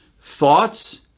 Thoughts